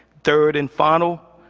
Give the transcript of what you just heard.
third and final,